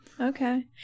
Okay